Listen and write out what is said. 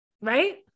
Right